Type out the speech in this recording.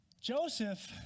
Joseph